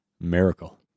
Miracle